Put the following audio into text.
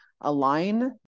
align